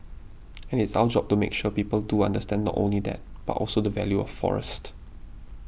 and it's our job to make sure people do understand not only that but also the value of forest